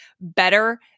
better